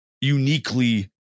uniquely